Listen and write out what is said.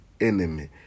enemy